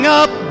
up